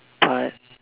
part